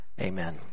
amen